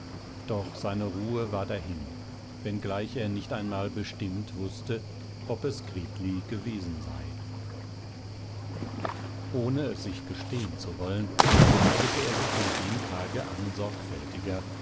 doch seine ruhe war dahin wenngleich er nicht einmal bestimmt wußte ob es gritli gewesen sei ohne es sich gestehen zu wollen kleidete er sich von dem tage an sorgfältiger